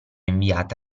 inviate